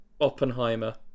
Oppenheimer